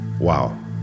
wow